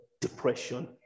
depression